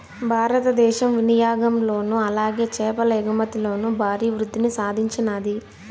భారతదేశం వినియాగంలోను అలాగే చేపల ఎగుమతిలోను భారీ వృద్దిని సాధించినాది